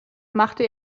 machte